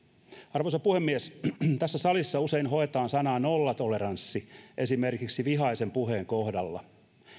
arvoisa puhemies tässä salissa usein hoetaan sanaa nollatoleranssi esimerkiksi vihaisen puheen kohdalla